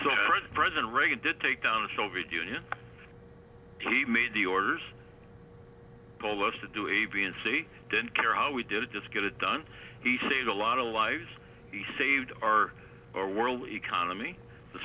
about president reagan did take down the soviet union he made the orders call us to do a b and c didn't care how we did it just get it done he saved a lot of lives he saved our world economy the